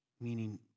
Meaning